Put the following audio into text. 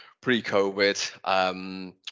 pre-COVID